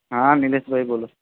હા નિલેશભાઈ બોલું